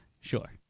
sure